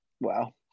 wow